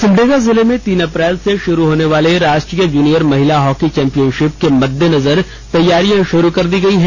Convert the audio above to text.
सिमडेगा जिले में तीन अप्रैल से शुरू होने वाले राष्ट्रीय जूनियर महिला हॉकी चैम्पियनशिप के मद्देनजर तैयारियां शुरू कर दी गई है